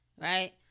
right